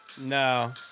No